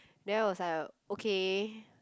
then I was like okay